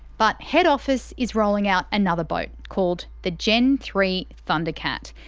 but, head office is rolling out another boat called the gen three thundercat.